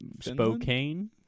Spokane